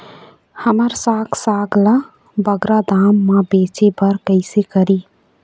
हमर साग साग ला बगरा दाम मा बेचे बर कइसे करी?